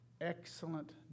excellent